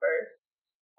first